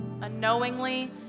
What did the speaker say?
unknowingly